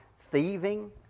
thieving